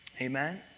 Amen